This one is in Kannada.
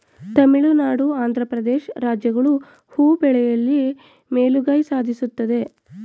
ತಮಿಳುನಾಡು, ಆಂಧ್ರ ಪ್ರದೇಶ್ ರಾಜ್ಯಗಳು ಹೂ ಬೆಳೆಯಲಿ ಮೇಲುಗೈ ಸಾಧಿಸುತ್ತದೆ